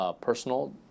Personal